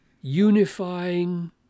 unifying